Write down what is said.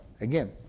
again